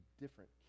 different